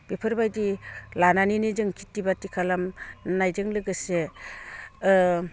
बेफोरबायदि लानानैनो जों खेति बाति खालामनायजों लोगोसे